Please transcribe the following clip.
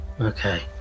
Okay